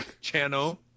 Channel